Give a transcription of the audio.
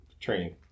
training